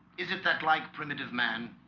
is it that like primitive man?